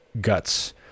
guts